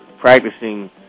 practicing